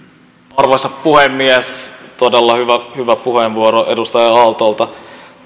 arvoisa puhemies todella hyvä puheenvuoro edustaja aallolta